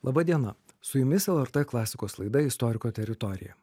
laba diena su jumis lrt klasikos laida istoriko teritorija